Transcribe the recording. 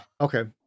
Okay